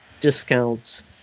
discounts